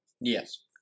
Yes